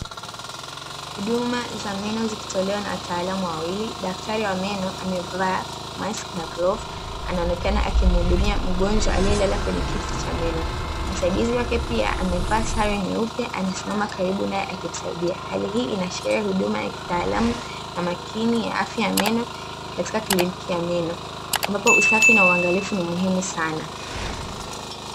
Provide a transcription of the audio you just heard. Huduma za meno zikitolewa na wataalamu wawili. Daktari wa meno amevaa maski na glovu, akionekana akimuhudumia mgonjwa aliyelala kwenye kiti cha meno. Msaidizi wake pia amevaa sare nyeupe, anasimama karibu naye akimsaidia. Hali hii inaashiria huduma ya kitaalamu na makini ya afya ya meno, katika kliniki ya meno ambapo usafi na uangalifu ni muhimu sana.